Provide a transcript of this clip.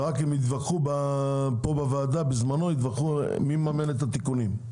בזמנו התווכחו בוועדה מי יממן את התיקונים.